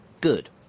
Good